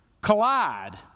collide